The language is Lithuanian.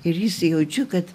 ir jis jaučiu kad